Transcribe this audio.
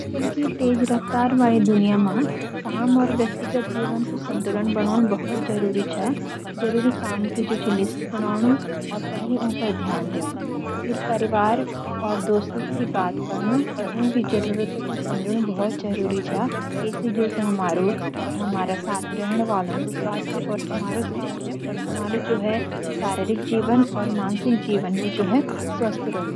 आजकल की तेज रफ्तार वाली दुनिया मां काम और व्यक्तिगत जीवन कु संतुलन बनोनू बहुत जरूरी छ। जरूरी काम की जु लिस्ट बाणोंनू और पहली ऊं पर ध्यान दे नू, फिर परिवार और दोस्तो सी बात कनु और उनकी जरूरत के समझनू बहुत जरूरी छ। ये सी जु छ हमरू और हमारा साथ रहन वालो कु स्वास्थ्य और हमारु स्वास्थ्य, हमारू शारीरिक जीवन और मानसिक जीवन जु है स्वस्थ रहलू।